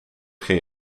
ging